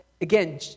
again